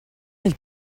ils